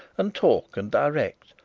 and talk and direct,